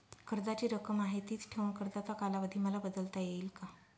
कर्जाची रक्कम आहे तिच ठेवून कर्जाचा कालावधी मला बदलता येईल का?